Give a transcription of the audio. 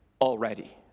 already